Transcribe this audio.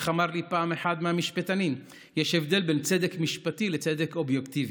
איך אמר לי פעם אחד מהמשפטנים: יש הבדל בין צדק משפטי לצדק אובייקטיבי,